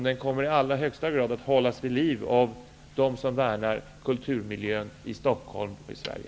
Den kommer i allra högsta grad att hållas vid liv av dem som värnar om kulturmiljön i Stockholm och i Sverige.